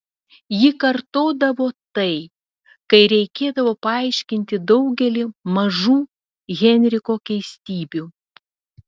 ji kartodavo tai kai reikėdavo paaiškinti daugelį mažų henriko keistybių